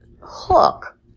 hook